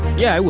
yeah, i would.